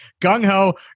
gung-ho